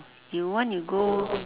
you want you go